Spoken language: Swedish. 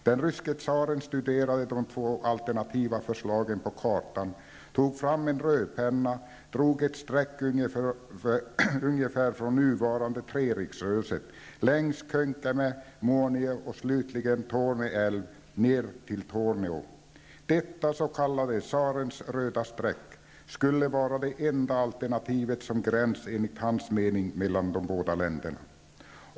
Den ryske tsaren studerade de två alternativa förslagen på kartan, tog fram en rödpenna, drog ett streck ungefär från nuvarande Detta så kallade ''Tsarens röda streck'' skulle vara det enda alternativet som gräns enligt hans mening mellan de båda länderna.